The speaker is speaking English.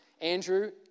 Andrew